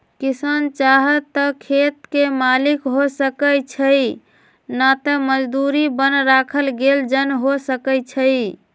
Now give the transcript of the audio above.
किसान चाहे त खेत के मालिक हो सकै छइ न त मजदुरी पर राखल गेल जन हो सकै छइ